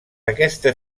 aquesta